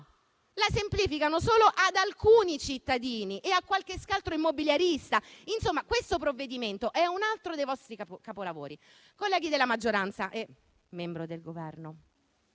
la semplificano solo ad alcuni cittadini e a qualche scaltro immobiliarista. Questo provvedimento è un altro dei vostri capolavori. Colleghi della maggioranza e membro del Governo,